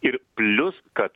ir plius kad